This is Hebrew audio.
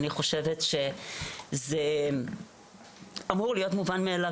אני חושבת שזה אמור להיות מובן מאליו,